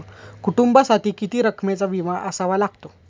कुटुंबासाठी किती रकमेचा विमा असावा लागतो?